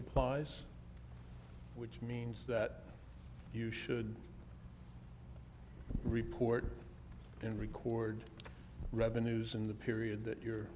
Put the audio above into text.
applies which means that you should report in record revenues in the period that you're